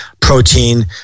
protein